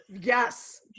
Yes